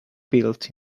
built